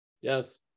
Yes